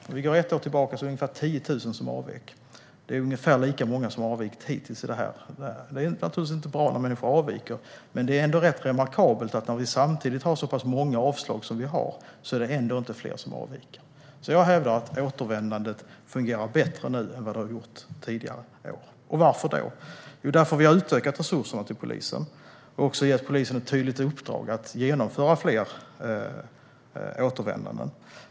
Om vi går tillbaka ett år var det ungefär 10 000 som avvek - ungefär lika många som har avvikit hittills. Det är naturligtvis inte bra när människor avviker, men samtidigt är det rätt remarkabelt att inte fler gör det, när vi har så pass många avslag. Jag hävdar därför att återvändandet fungerar bättre nu än tidigare. Varför fungerar det bättre? Jo, det gör det därför att vi har utökat resurserna till polisen och gett polisen ett tydligt uppdrag att genomföra och se till att fler återvänder.